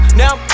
now